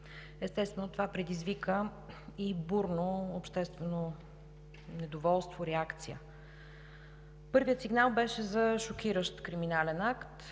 Естествено, това предизвика и бурно обществено недоволство, реакция. Първият сигнал беше за шокиращ криминален акт